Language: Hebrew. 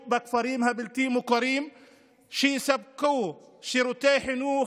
בכפרים הבלתי-מוכרים שיספקו שירותי חינוך,